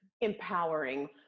Empowering